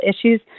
issues